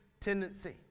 tendency